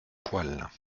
poils